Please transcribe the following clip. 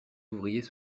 ouvriers